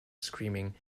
screaming